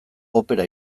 opera